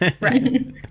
Right